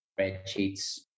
spreadsheets